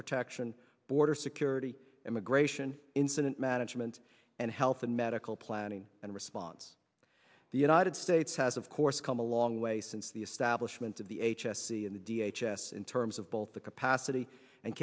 protection border security immigration incident management and health and medical planning and response the united states has of course come a long way since the establishment of the h s c in the d h s s in terms of both the capacity and